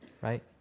right